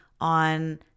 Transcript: on